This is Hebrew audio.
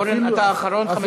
אורן, אתה אחרון, חמש דקות.